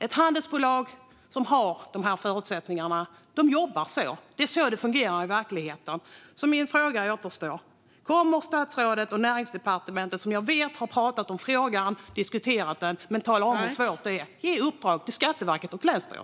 Ett handelsbolag med dessa förutsättningar jobbar så här. Det är så det fungerar i verkligheten. Kommer alltså statsrådet och Näringsdepartementet att ge ett uppdrag till Skatteverket och länsstyrelsen? Jag vet ju att man inom departementet har diskuterat frågan men kommit fram till att det hela är svårt.